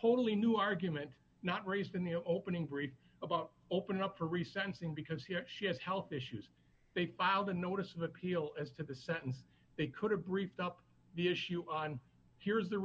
totally new argument not raised in the opening brief about opening up for re sensing because he or she has health issues they filed a notice of appeal as to the sentence they could have briefed up the issue on here's the